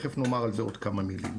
תיכף נאמר על זה עוד כמה מילים.